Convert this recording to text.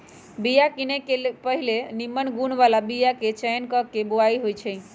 बिया किने से पहिले निम्मन गुण बला बीयाके चयन क के बोआइ होइ छइ